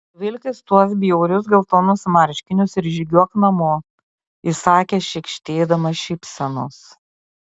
vilkis tuos bjaurius geltonus marškinius ir žygiuok namo įsakė šykštėdama šypsenos